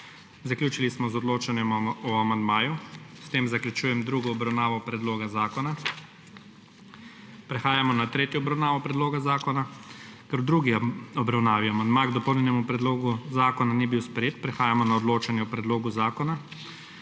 Zaključili smo z odločanjem o amandmaju. S tem zaključujem drugo obravnavo predloga zakona. Prehajamo na **tretjo obravnavo** predloga zakona. Ker v drugi obravnavi amandma k dopolnjenemu predlogu zakona ni bil spreje, prehajamo na odločanje o predlogu zakona.